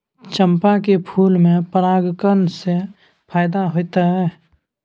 चंपा के फूल में परागण से फायदा होतय?